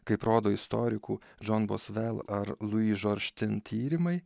kaip rodo istorikų džonbos vel ar lui žoržtyn tyrimai